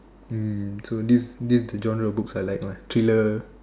mm true this this genre of books I like lah thriller